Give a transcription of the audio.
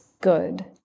good